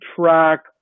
track